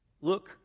Look